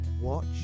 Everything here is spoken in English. watch